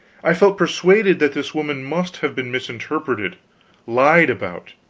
i felt persuaded that this woman must have been misrepresented, lied about.